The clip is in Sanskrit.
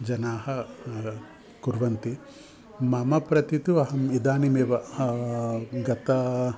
जनाः कुर्वन्ति मम प्रति तु अहम् इदानीमेव गते